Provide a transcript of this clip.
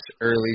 early